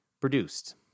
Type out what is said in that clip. produced